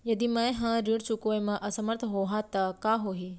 यदि मैं ह ऋण चुकोय म असमर्थ होहा त का होही?